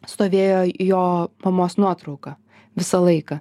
stovėjo jo mamos nuotrauka visą laiką